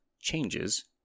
changes